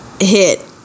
hit